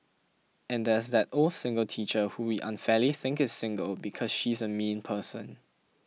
and there's that old single teacher who we unfairly think is single because she's a mean person